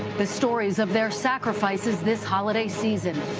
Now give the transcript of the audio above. the stories of their sacrifices this holiday season.